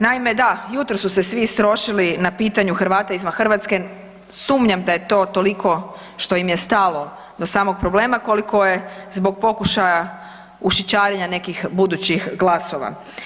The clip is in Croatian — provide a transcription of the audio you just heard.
Naime, da, jutros su se svi istrošili na pitanju Hrvata izvan Hrvatske, sumnjam da je to toliko što im je stalo do samog problema koliko je zbog pokušaja ušićarenja nekih budućih glasova.